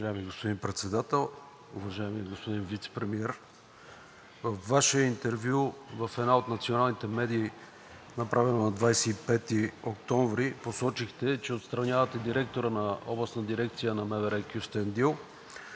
Уважаеми господин Председател! Уважаеми господин Вицепремиер, във Ваше интервю в една от националните медии, направено на 25 октомври, посочихте, че отстранявате директора на Областна дирекция на МВР – Кюстендил,